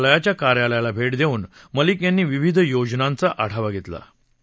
संचालनालयाच्या कार्यालयाला भेट देऊन मलिक यांनी विविध योजनांचा आढावा घेतला